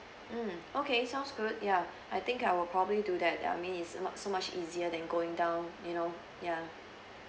mm okay sounds good ya I think I will probably do that ya I mean is no~ so much easier than going down you know ya